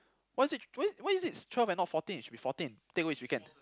why is it why why is it twelve and not fourteen it should be fourteen take away his weekend